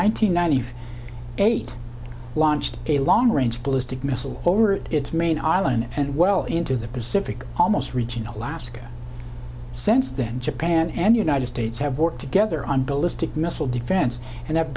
hundred ninety eight launched a long range ballistic missile over its main island and well into the pacific almost reaching alaska sense then japan and united states have worked together on ballistic missile defense and that